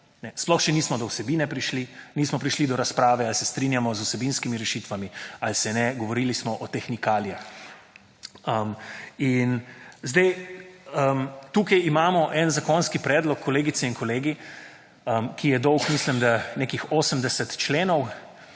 Sploh še nismo do vsebine prišli, nismo prišli do razprave ali se strinjamo z vsebinskimi rešitvami ali se ne, govorili smo o tehnikalijah. In zdaj, tukaj imamo en zakonski predlog, kolegice in kolegi, ki je dolg mislim, da nekih 80 členov,